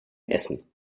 essen